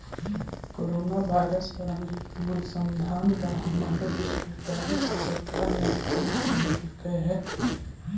corona virus पर अनुसंधान ला हमारे विश्वविद्यालय को सरकार ने फंडस देलकइ हे